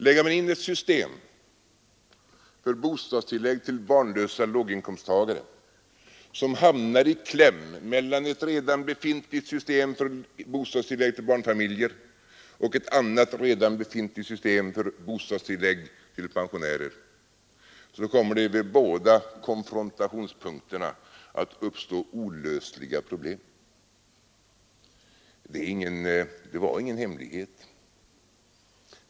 Lägger man in ett system för bostadstillägg till barnlösa låginkomsttagare, som kommer i kläm mellan ett redan befintligt system för bostadstillägg till barnfamiljer och ett annat redan befintligt system för bostadstillägg till pensionärer, kommer det vid båda konfrontationspunkterna att uppstå olösliga problem. Det var ingen hemlighet.